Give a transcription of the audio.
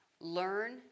learn